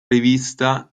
rivista